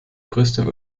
größte